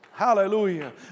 Hallelujah